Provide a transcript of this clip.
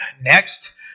next